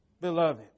beloved